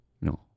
No